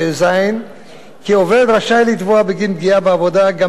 כי עובד רשאי לתבוע בגין פגיעה בעבודה גם עקב תלונה